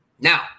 Now